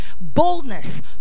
Boldness